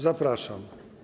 Zapraszam.